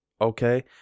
okay